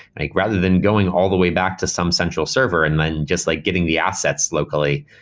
like rather than going all the way back to some central server and then just like getting the assets locally,